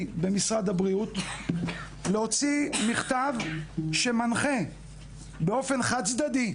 במשרד הבריאות להוציא מכתב שמנחה באופן חד צדדי,